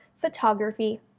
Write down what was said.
photography